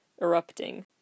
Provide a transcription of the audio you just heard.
erupting